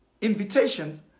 Invitations